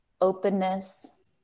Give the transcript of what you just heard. openness